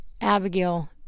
Abigail